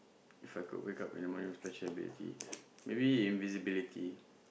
If I could wake up in the morning with special ability maybe invisibility